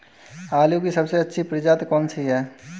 आलू की सबसे अच्छी प्रजाति कौन सी है?